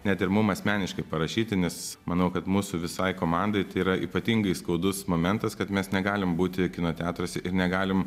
net ir mum asmeniškai parašyti nes manau kad mūsų visai komandai tai yra ypatingai skaudus momentas kad mes negalim būti kino teatruose ir negalim